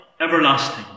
everlasting